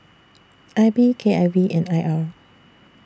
I B K I V and I R